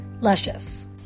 Luscious